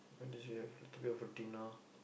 what did you have to be home for dinner